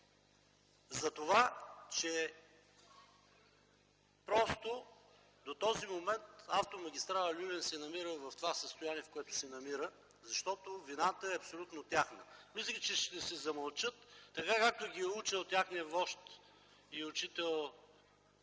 затова че до този момент автомагистрала „Люлин” се намира в това състояние, в което се намира. Защото вината е абсолютно тяхна. Мислех, че ще си замълчат, така както ги е учил техният вожд и учител Тодор